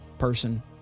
person